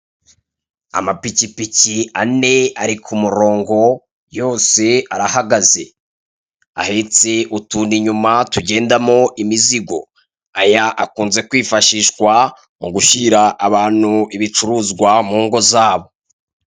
Amapikipiki ane ari ku murongo, yose arahagaze. Ahetse utuntu inyuma tugendamo imizigo. Aya akunze kwifashishwa mu gushyira abantu ibicuruzwa mu ngo zabo.